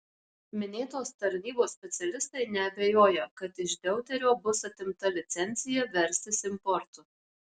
minėtos tarnybos specialistai neabejoja kad iš deuterio bus atimta licencija verstis importu